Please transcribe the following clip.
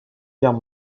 guerre